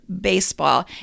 baseball